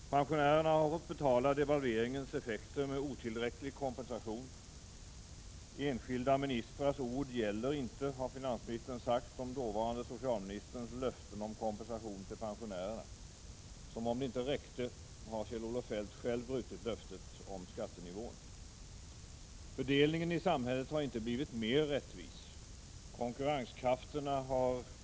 Pensionärerna har fått betala devalveringens effekter med otillräcklig kompensation. Enskilda ministrars ord gäller inte, har finansministern sagt om dåvarande socialministerns löften om kompensation till pensionärerna. Som om det inte räckte har Kjell-Olof Feldt själv brutit löftet om skattenivån. Fördelningen i samhället har inte blivit mer rättvis.